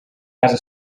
casa